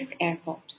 airport